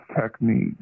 technique